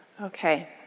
Okay